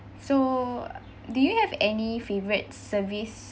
so did you have any favorite service